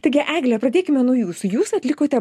taigi egle pradėkime nuo jūsų jūs atlikote